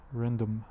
random